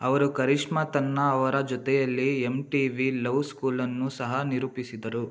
ಅವರು ಕರಿಷ್ಮಾ ತನ್ನಾ ಅವರ ಜೊತೆಯಲ್ಲಿ M T V love school ಅನ್ನು ಸಹ ನಿರೂಪಿಸಿದರು